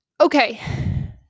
Okay